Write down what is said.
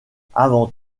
avant